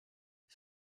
das